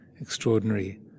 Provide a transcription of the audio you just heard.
extraordinary